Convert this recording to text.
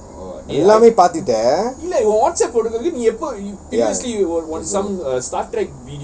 எல்லாமே பாத்துட்ட:ellame paathutta ya